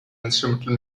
instrumental